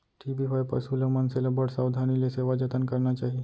TB होए पसु ल, मनसे ल बड़ सावधानी ले सेवा जतन करना चाही